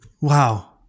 Wow